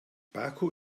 baku